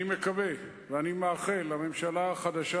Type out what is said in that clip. אני מקווה ומאחל לממשלה החדשה